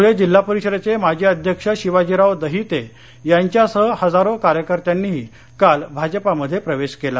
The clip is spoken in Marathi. ध्रळे जिल्हा परिषदेचे माजी अध्यक्ष शिवाजीराव दहिते यांच्यासह हजारो कार्यकर्त्यांनीही काल भाजपामध्ये प्रवेश घेतला